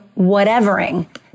whatevering